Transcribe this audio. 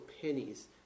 pennies